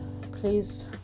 please